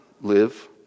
live